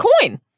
coin